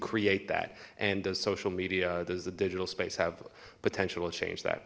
create that and the social media does the digital space have potential to change that